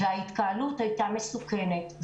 וההתקהלות היתה מסוכנת.